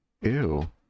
Ew